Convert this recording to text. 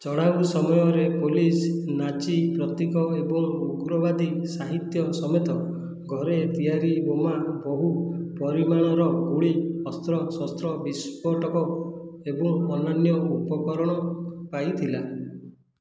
ଚଢ଼ାଉ ସମୟରେ police Nazi ପ୍ରତୀକ ଏବଂ ଉଗ୍ରବାଦୀ ସାହିତ୍ୟ ସମେତ ଘରେ ତିଆରି ବୋମା ବହୁ ପରିମାଣର ଗୁଳି ଅସ୍ତ୍ରଶସ୍ତ୍ର ବିସ୍ଫୋଟକ ଏବଂ ଅନ୍ୟାନ୍ୟ ଉପକରଣ ପାଇଥିଲା